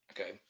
okay